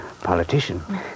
politician